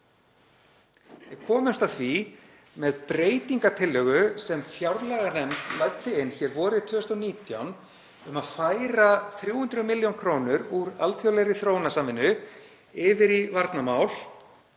Við komumst að því með breytingartillögu sem fjárlaganefnd læddi inn vorið 2019 um að færa 300 millj. kr. úr alþjóðlegri þróunarsamvinnu yfir í varnarmál